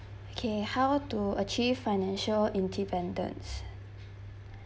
okay how to achieve financial independence